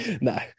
No